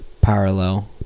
parallel